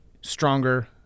stronger